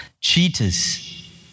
Cheaters